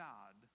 God